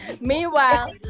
Meanwhile